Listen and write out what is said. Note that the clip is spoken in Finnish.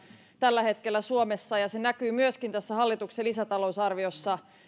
tällä hetkellä suomessa ja se näkyy myöskin tässä hallituksen lisätalousarviossa